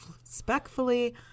respectfully